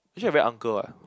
actually I very uncle what